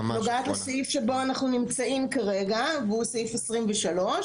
נוגעת לסעיף שבו אנחנו נמצאים כרגע והוא סעיף (23),